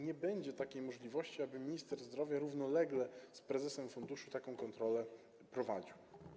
Nie będzie takiej możliwości, aby minister zdrowia równolegle z prezesem funduszu taką kontrolę prowadził.